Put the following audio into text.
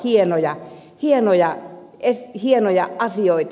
siellä on todella hienoja asioita